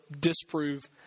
disprove